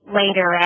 later